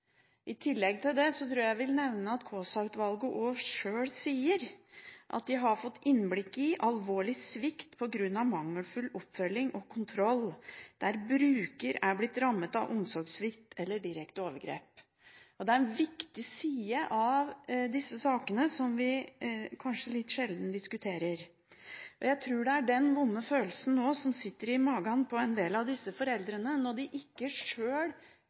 I tillegg til det vil jeg nevne at Kaasa-utvalget også sier at de har fått innblikk i alvorlig svikt på grunn av mangelfull oppfølging og kontroll, der bruker er blitt rammet av omsorgssvikt eller direkte overgrep. Det er en viktig side av disse sakene som vi kanskje litt sjelden diskuterer. Jeg tror det også er denne vonde følelsen som sitter i magen til en del av disse foreldrene når de ikke sjøl